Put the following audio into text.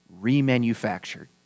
remanufactured